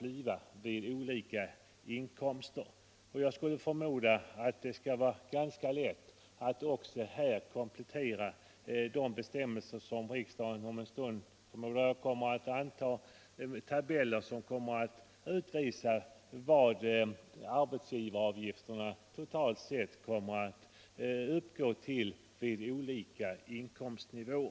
Jag förmodar 3 juni 1976 att det skall bli ganska lätt att komplettera de bestämmelser som riksdagen om en stund kommer att anta med tabeller som utvisar arbetsgivar — Ändrade avdragsavgifternas storlek vid olika inkomstnivåer.